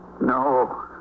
no